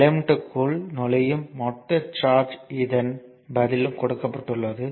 எலிமெண்ட்க்குள் நுழையும் மொத்த சார்ஜ் இதன் பதிலும் கொடுக்கப்பட்டுள்ளது